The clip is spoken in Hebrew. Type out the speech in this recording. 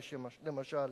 למשל.